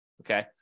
okay